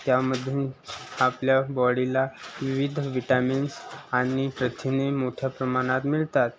त्यामधून आपल्या बॉडीला विविध व्हिटॅमिन्स आणि प्रथिने मोठ्या प्रमाणात मिळतात